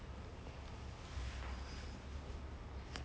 the stock markets and like people who do stock market stuff